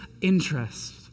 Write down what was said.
interest